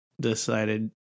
decided